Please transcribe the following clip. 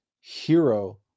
hero